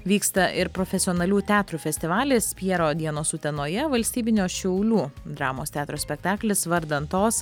vyksta ir profesionalių teatrų festivalis pjero dienos utenoje valstybinio šiaulių dramos teatro spektaklis vardan tos